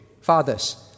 fathers